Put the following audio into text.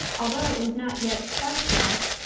although it was not yet quite dark,